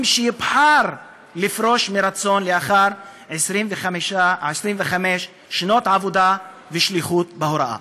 שיבחר לפרוש מרצון לאחר 25 שנות עבודה ושליחות בהוראה.